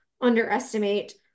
underestimate